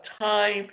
time